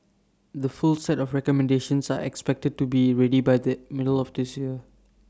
the full set of recommendations are expected to be ready by the middle of this year